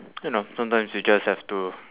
you know sometimes you just have to